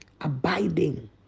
abiding